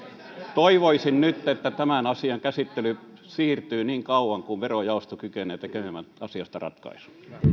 toivoisin nyt että tämän asian käsittely siirtyy niin kauan kuin verojaosto kykenee tekemään asiasta ratkaisun